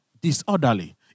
Disorderly